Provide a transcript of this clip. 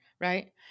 right